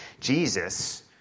Jesus